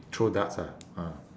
throw darts ah ah